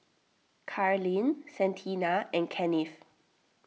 Carlene Santina and Kennith